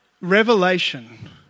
revelation